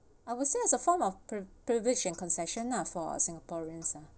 I would say as a form of pri~ priviledge and concession lah for singaporeans are